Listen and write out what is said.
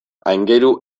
aingeru